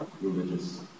religious